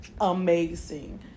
amazing